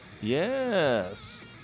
Yes